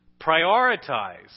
prioritize